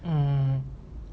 mm